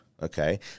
Okay